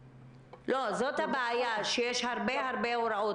זאת הבעיה, שיש הרבה הרבה הוראות.